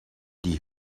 die